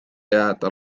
jääda